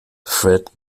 fred